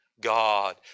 God